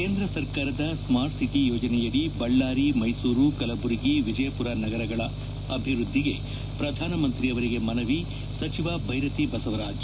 ಕೇಂದ್ರ ಸರ್ಕಾರದ smart city ಯೋಜನೆಯಡಿ ಬಳ್ಳಾರಿ ಮೈಸೂರು ಕಲಬುರಗಿ ವಿಜಯಪುರ ನಗರಗಳ ಅಭಿವೃದ್ದಿಗೆ ಪ್ರಧಾನಮಂತ್ರಿ ಅವರಿಗೆ ಮನವಿ ಸಚಿವ ಭೈರತಿ ಬಸವರಾಜ್